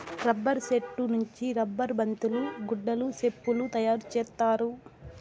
rubber సెట్టు నుంచి rubber బంతులు గుడ్డలు సెప్పులు తయారు చేత్తారు